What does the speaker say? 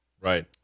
Right